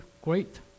great